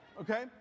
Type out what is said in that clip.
Okay